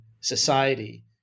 society